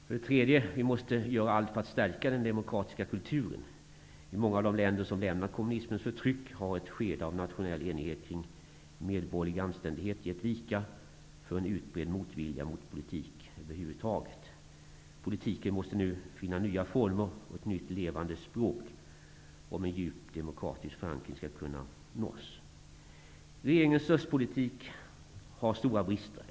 Vi måste för det tredje göra allt för att stärka den demokratiska kulturen. I många av de länder som lämnat kommunismens förtryck har ett skede av nationell enighet kring medborgerlig anständighet gett vika för en utbredd motvilja mot politik över huvud taget. Politiken måste nu finna nya former och ett nytt levande språk om en djup demokratisk förankring skall kunna nås. Regeringens Östeuropapolitik har stora brister.